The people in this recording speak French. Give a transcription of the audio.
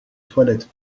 toilette